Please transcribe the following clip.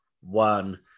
one